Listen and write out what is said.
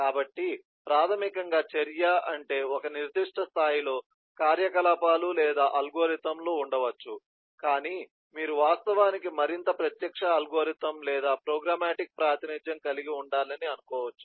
కాబట్టి ప్రాథమికంగా చర్య అంటే ఒక నిర్దిష్ట స్థాయిలో కార్యకలాపాలు లేదా అల్గోరిథంలు ఉండవచ్చు కానీ మీరు వాస్తవానికి మరింత ప్రత్యక్ష అల్గోరిథం లేదా ప్రోగ్రామాటిక్ ప్రాతినిధ్యం కలిగి ఉండాలని అనుకోవచ్చు